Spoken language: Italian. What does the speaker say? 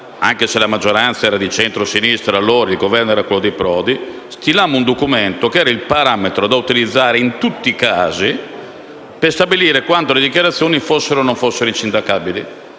anche se la maggioranza era di Centro Sinistra e il Governo era quello di Prodi, stilammo all'unanimità un documento che costituisse il parametro da utilizzare in tutti i casi per stabilire quando le dichiarazioni fossero o non fossero insindacabili.